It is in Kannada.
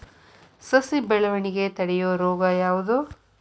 ಸಸಿ ಬೆಳವಣಿಗೆ ತಡೆಯೋ ರೋಗ ಯಾವುದು?